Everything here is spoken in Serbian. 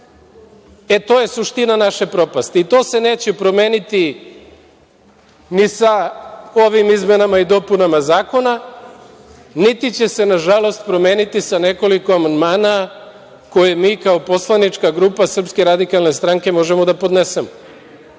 to je suština naše propasti i to se neće promeniti ni sa ovim izmenama i dopunama zakona, niti će se, nažalost, promeniti sa nekoliko amandmana koje mi kao poslanička grupa SRS možemo da podnesemo.